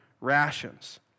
rations